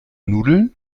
nudeln